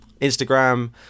Instagram